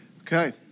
Okay